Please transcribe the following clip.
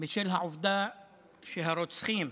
בשל העובדה שהרוצחים,